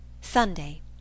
Sunday